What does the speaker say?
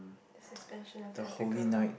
the suspension of the Atta Gal